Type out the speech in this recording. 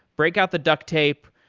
break out the duct tape.